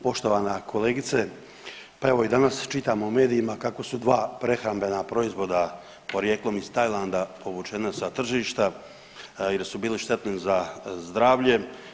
Poštovana kolegice, pa evo i danas čitam u medijima kako su dva prehrambena proizvoda porijeklom iz Tajlanda povučena sa tržišta, jer su bili štetni za zdravlje.